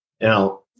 Now